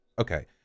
okay